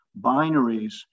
binaries